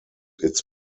its